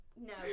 no